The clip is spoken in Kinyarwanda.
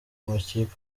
makipe